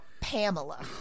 Pamela